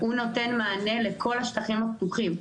הוא נותן מענה לכל השטחים הפתוחים.